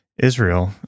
Israel